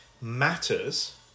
matters